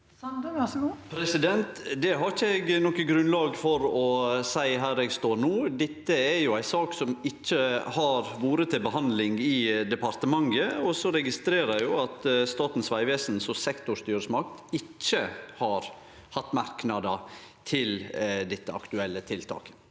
Det har eg ikkje noko grunnlag for å seie her eg no står. Dette er ei sak som ikkje har vore til behandling i departementet, og eg registrerer at Statens vegvesen som sektorstyresmakt ikkje har hatt merknader til dette aktuelle tiltaket.